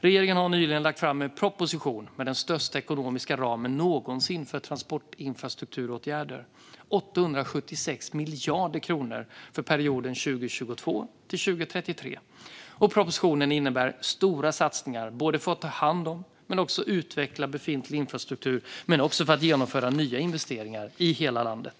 Regeringen har nyligen lagt fram en proposition med den största ekonomiska ramen någonsin för transportinfrastrukturåtgärder: 876 miljarder kronor för perioden 2022-2033. Propositionen innebär stora satsningar både på att ta hand om och utveckla befintlig infrastruktur och på att genomföra nya investeringar i hela landet.